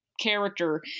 character